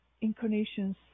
incarnations